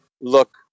look